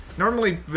Normally